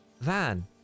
Van